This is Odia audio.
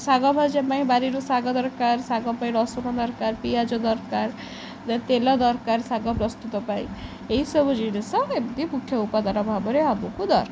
ଶାଗ ଭାଜ ପାଇଁ ବାରିରୁ ଶାଗ ଦରକାର ଶାଗ ପାଇଁ ରସୁଣ ଦରକାର ପିଆଜ ଦରକାର ଦେନ୍ ତେଲ ଦରକାର ଶାଗ ପ୍ରସ୍ତୁତ ପାଇଁ ଏହିସବୁ ଜିନିଷ ଏମିତି ମୁଖ୍ୟ ଉପାଦାନ ଭାବରେ ଆମୁକୁ ଦରକାର